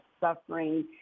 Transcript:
suffering